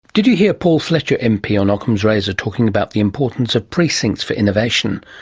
did you hear paul fletcher mp on ockham's razor talking about the importance of precincts for innovation?